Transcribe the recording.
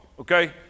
Okay